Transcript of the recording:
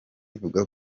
ivuga